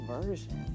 version